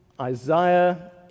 Isaiah